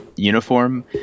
uniform